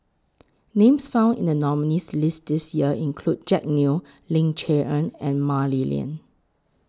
Names found in The nominees' list This Year include Jack Neo Ling Cher Eng and Mah Li Lian